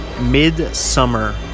Midsummer